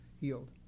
healed